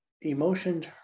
emotions